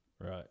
right